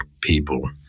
people